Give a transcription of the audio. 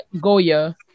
Goya